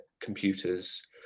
computers